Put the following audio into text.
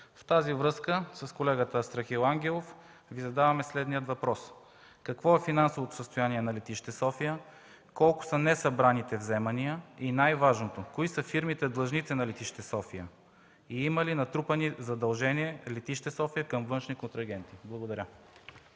В тази връзка с колегата Страхил Ангелов Ви задаваме следния въпрос: какво е финансовото състояние на летище София, колко са несъбраните вземания и най-важното – кои са фирмите, длъжници на летище София? Има ли натрупани задължения летище София към външни контрагенти? Благодаря.